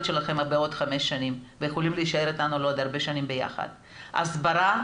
שלכם בעוד חמש שנים ויכולים להישאר איתנו לעוד הרבה שנים ביחד הסברה,